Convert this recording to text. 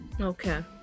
Okay